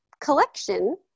collection